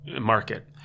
market